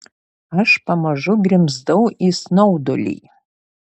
aš pamažu grimzdau į snaudulį